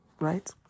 right